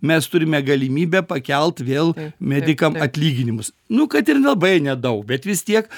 mes turime galimybę pakelt vėl medikam atlyginimus nu kad ir labai nedaug bet vis tiek